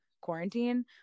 quarantine